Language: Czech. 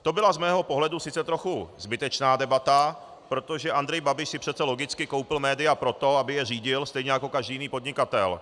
To byla z mého pohledu sice trochu zbytečná debata, protože Andrej Babiš si přece logicky koupil média proto, aby je řídil, stejně jako každý jiný podnikatel.